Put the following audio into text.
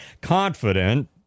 confident